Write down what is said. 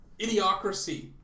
Idiocracy